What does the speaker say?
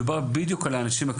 מתייחס בדיוק לזה,